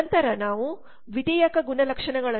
ನಂತರ ನಾವು ದ್ವಿತೀಯಕ ಗುಣಲಕ್ಷಣಗಳನ್ನು ಹೊಂದಿದ್ದೇವೆ